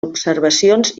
observacions